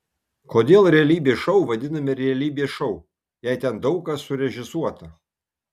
kodėl realybės šou vadinami realybės šou jei ten daug kas surežisuota